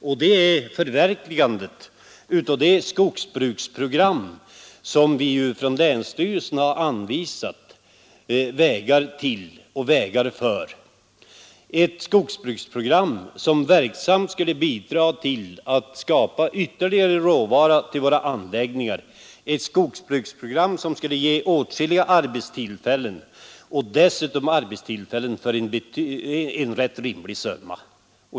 Det gäller förverkligandet av det skogsbruksprogram som vi från länsstyrelsen har anvisat vägar för, ett skogsbruksprogram som verksamt skulle bidraga till att skapa råvaror till våra anläggningar, ge åtskilliga arbetstillfällen och dessutom arbetstillfällen för en rätt rimlig kostnad.